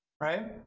right